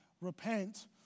Repent